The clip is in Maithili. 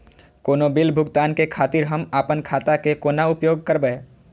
कोनो बील भुगतान के खातिर हम आपन खाता के कोना उपयोग करबै?